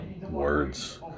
words